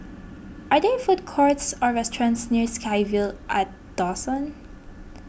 are there food courts or restaurants near SkyVille at Dawson